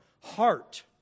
heart